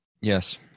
Yes